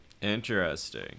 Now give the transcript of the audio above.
Interesting